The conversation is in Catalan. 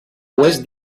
oest